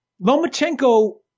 Lomachenko